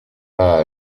pas